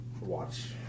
watch